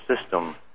system